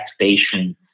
patients